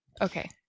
Okay